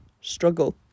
struggle